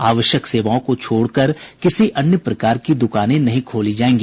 आवश्यक सेवाओं को छोड़कर किसी अन्य प्रकार की दुकानें नहीं खोली जायेंगी